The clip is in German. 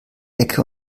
ecke